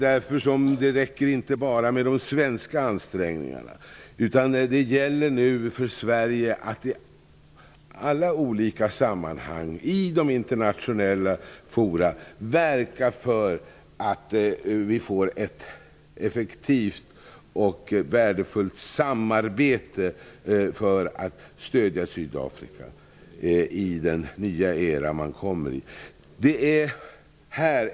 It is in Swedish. Därför räcker det inte med bara de svenska ansträngningarna, utan det gäller för Sverige att i alla olika sammanhang, i de internationella fora, verka för att få till stånd ett effektivt och värdefullt samarbete till stöd för Sydafrika i den nya era landet kommer i.